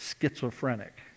schizophrenic